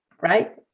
right